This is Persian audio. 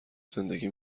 زندگی